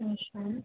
রসুন